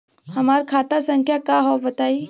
हमार खाता संख्या का हव बताई?